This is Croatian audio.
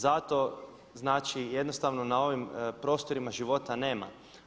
Zato znači jednostavno na ovim prostorima života nema.